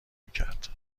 میکرد